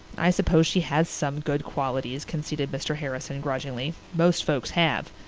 i suppose she has some good qualities, conceded mr. harrison grudgingly. most folks have.